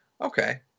Okay